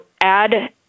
add